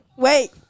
Wait